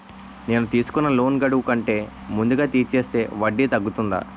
నేను తీసుకున్న లోన్ గడువు కంటే ముందే తీర్చేస్తే వడ్డీ తగ్గుతుందా?